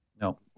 No